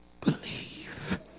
believe